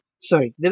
sorry